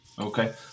Okay